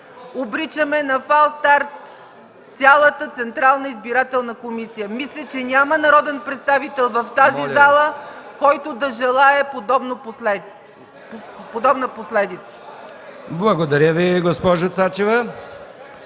обричаме на фалстарт цялата Централна избирателна комисия. Мисля, че няма народен представител в тази зала, който да желае подобна последица. ПРЕДСЕДАТЕЛ МИХАИЛ МИКОВ: